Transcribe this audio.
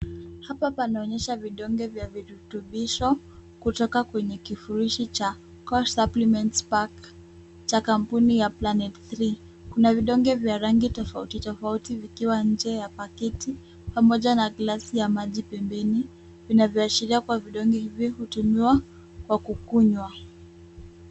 Hapa panaonyesha vidonge vya virutubisho kutoka kwenye kifurushi cha core Supplement Pack cha kampuni ya planet 3 . Kuna vidonge vya rangi tofauti tofauti vikiwa nje ya pakiti pamoja na glasi ya maji pembeni vinavyoashiria kuwa vidonge hivyo hutumiwa kwa kukunywa.